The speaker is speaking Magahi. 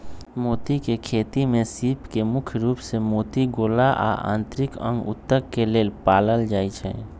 मोती के खेती में सीप के मुख्य रूप से मोती गोला आ आन्तरिक अंग उत्तक के लेल पालल जाई छई